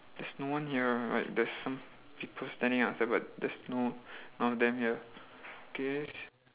there's no one here like there's some people standing outside but there's no none of them here K